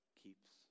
keeps